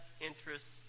interests